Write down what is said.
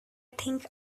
think